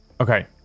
Okay